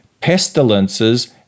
pestilences